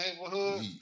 neighborhood